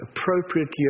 appropriately